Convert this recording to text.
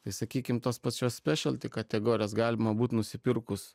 tai sakykim tos pačios spešal ti kategorijos galima būt nusipirkus